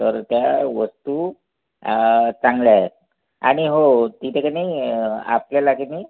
तर त्या वस्तू चांगल्या आहे आणि हो तिथे की नाही आपल्याला की नाही